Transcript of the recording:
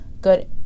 good